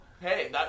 Hey